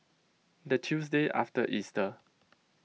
the Tuesday after Easter